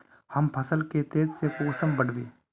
हम फसल के तेज से कुंसम बढ़बे?